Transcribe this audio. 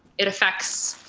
it affects